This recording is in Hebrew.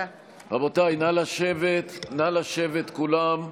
רבותיי, נא לשבת כולם.